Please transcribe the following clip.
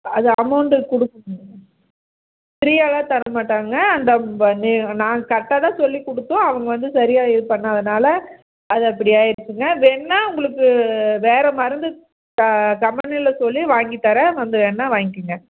அது அமௌண்ட்டு கொடுக்க ஃப்ரீயாகலாம் தரமாட்டாங்க அந்த நாங்கள் கரெக்டாக தான் சொல்லிக் கொடுத்தோம் அவங்க வந்து சரியாக இது பண்ணாததனால அது அப்படி ஆகிடுச்சிங்க வேணுனா உங்களுக்கு வேறு மருந்து கம்பெனியில் சொல்லி வாங்கித்தர்றேன் வந்து வேணுனா வாங்கிக்கங்க